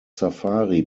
safari